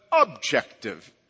objective